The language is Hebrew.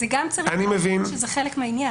מבין.